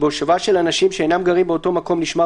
בהושבה של אנשים שאינם גרים באותו מקום נשמר